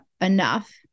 enough